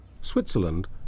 Switzerland